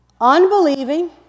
unbelieving